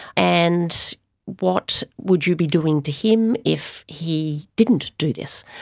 and what would you be doing to him if he didn't do this?